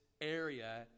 area